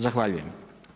Zahvaljujem.